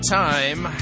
time